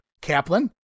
Kaplan